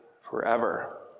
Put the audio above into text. forever